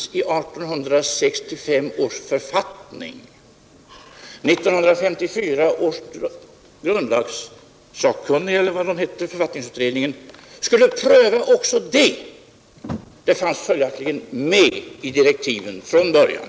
Det fanns i 1865 års författning, och författningsutredningen skulle pröva också den frågan. Det kommunala sambandet fanns följaktligen med i direktiven från början.